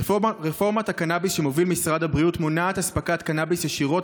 רפורמת הקנאביס שמוביל משרד הבריאות מונעת אספקת קנאביס ישירות